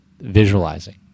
visualizing